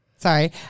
Sorry